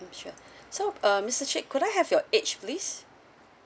mm sure so uh mister sheikh could I have your age please